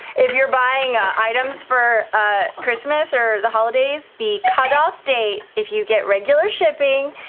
if you're buying ah items for ah christmas or the holidays, the cutoff date, if you get regular shipping,